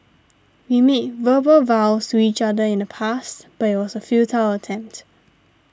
we made verbal vows to each other in the past but it was a futile attempt